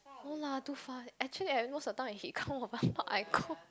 no lah too far actually I most of the time he come over not I cook